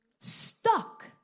Stuck